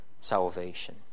salvation